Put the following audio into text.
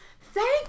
Thank